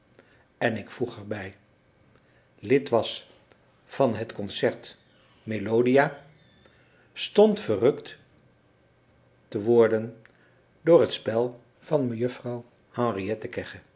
en ik voeg er bij lid was van het concert melodia stond verrukt te worden door het spel van mejuffrouw